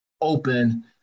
open